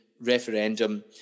Referendum